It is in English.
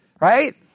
right